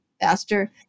faster